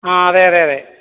ആ അതെ അതെ അതെ